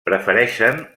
prefereixen